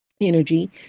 energy